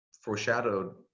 foreshadowed